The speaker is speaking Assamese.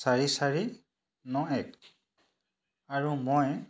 চাৰি চাৰি ন এক আৰু মই